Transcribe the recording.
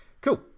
cool